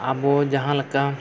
ᱟᱵᱚ ᱡᱟᱦᱟᱸᱞᱮᱠᱟ